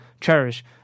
cherish